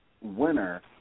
winner